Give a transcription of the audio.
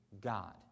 god